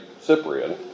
Cyprian